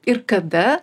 ir kada